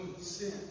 sin